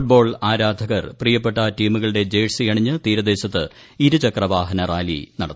football ആരാധകർ പ്രിയപ്പെട്ട ടീമുകളുടെ ജഴ്സിയണിഞ്ഞ് തീരദേശത്ത് ഇരുചക്രവാഹനറാലി നടത്തി